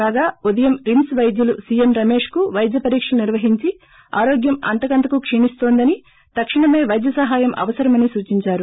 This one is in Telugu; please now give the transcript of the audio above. కాగా ఉదయం రిమ్స్ పైద్యులు సీఎం రమేశ్కు పైద్య పరీక్షలు నిర్వహించి ఆరోగ్యం అంతకంతకూ క్షీణిస్తోందని తక్షణ వైద్యసాయం అవసరమని సూచించారు